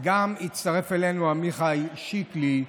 וגם הצטרף אלינו להצעה עמיחי שיקלי.